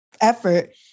effort